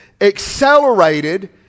accelerated